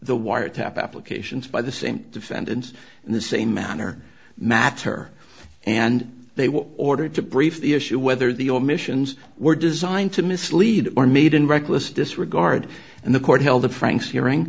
the wiretap applications by the same defendants in the same manner matter and they were ordered to brief the issue whether the omissions were designed to mislead or made in reckless disregard and the court held the franks hearing